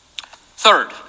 Third